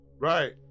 right